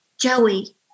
Joey